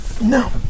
No